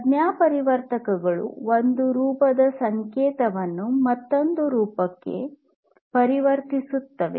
ಸಂಜ್ಞಾಪರಿವರ್ತಕಗಳು ಒಂದು ರೂಪದ ಸಂಕೇತವನ್ನು ಮತ್ತೊಂದು ರೂಪಕ್ಕೆ ಪರಿವರ್ತಿಸುತ್ತವೆ